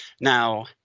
Now